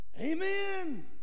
Amen